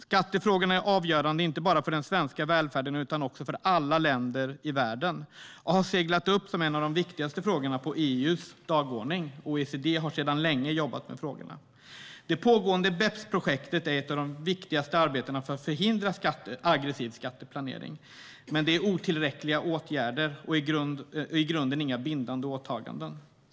Skattefrågorna är avgörande inte bara för den svenska välfärden utan också för alla länder i världen och har seglat upp som en av de viktigaste frågorna på EU:s dagordning. OECD jobbar sedan länge med frågorna. Det pågående BEPS-projektet är ett av de viktigaste arbetena för att förhindra aggressiv skatteplanering. Men det är otillräckliga åtgärder, och i grunden inga bindande åtaganden.